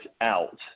out